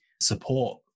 support